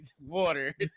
Water